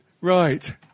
Right